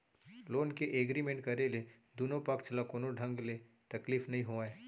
loan के agreement करे ले दुनो पक्छ ल कोनो ढंग ले तकलीफ नइ होवय